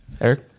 Eric